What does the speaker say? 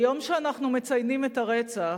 ביום שאנחנו מציינים את הרצח,